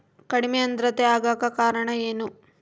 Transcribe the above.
ಕಡಿಮೆ ಆಂದ್ರತೆ ಆಗಕ ಕಾರಣ ಏನು?